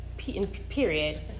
Period